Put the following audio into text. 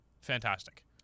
fantastic